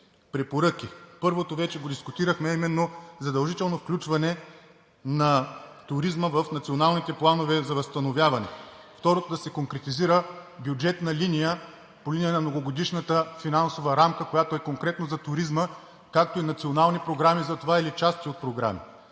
препоръки. Първото вече го дискутирахме, а именно задължителното включване на туризма в националните планове за възстановяване. Второто, да се конкретизира бюджетна линия по линия на Многогодишната финансова рамка, която е конкретно за туризма, както и национални програми или части от програми